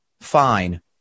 fine